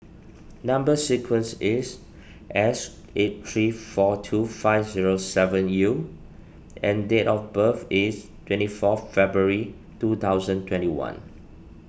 Number Sequence is S eight three four two five zero seven U and date of birth is twenty four February two thousand twenty one